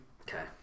Okay